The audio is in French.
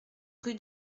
rue